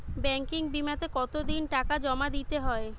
Banking বিমাতে কত দিন টাকা জমা দিতে হয়?